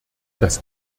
das